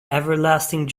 everlasting